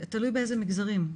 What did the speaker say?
זה תלוי באיזה מגזרים.